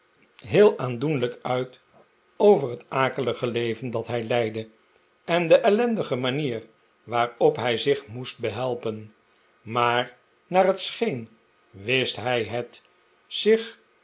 heel aandoenlijk uit over het akelige leven dat hij leidde en de ellendige manier waarop hij zich moest behelpen maar naar het scheen wist hij het zich